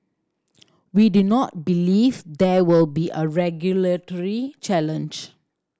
we do not believe there will be a regulatory challenge